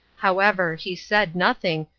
however, he said nothing,